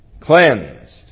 cleansed